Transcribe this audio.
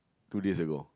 two days ago